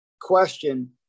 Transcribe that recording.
question